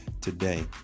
today